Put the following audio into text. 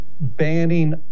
banning